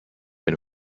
been